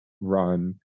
run